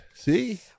See